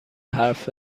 حرف